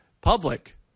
public